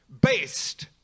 based